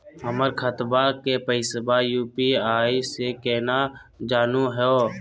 हमर खतवा के पैसवा यू.पी.आई स केना जानहु हो?